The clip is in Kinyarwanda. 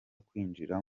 kwinjira